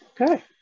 Okay